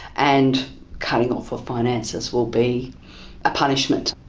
and cutting off of finances will be a punishment.